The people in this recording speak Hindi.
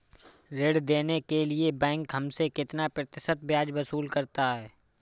ऋण देने के लिए बैंक हमसे कितना प्रतिशत ब्याज वसूल करता है?